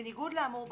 בניגוד לאמור בחוק,